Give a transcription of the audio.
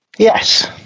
Yes